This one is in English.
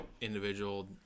individual